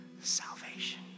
salvation